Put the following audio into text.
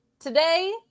Today